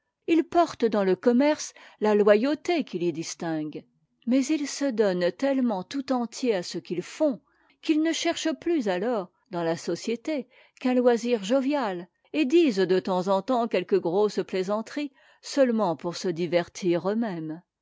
lis portent dans le commerce la loyauté qui les distingue mais ils se donnent tellement tout entiers à ce qu'ils font qu'ils ne cherchent plus alors dans la société qu'un loisir jovial et disent de temps en temps quelques grosses plaisanteries seulement pour se divertir eux-mêmes